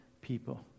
people